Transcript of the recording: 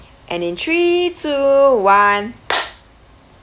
and in three two one